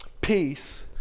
peace